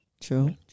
True